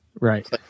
Right